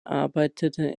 arbeitete